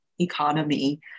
Economy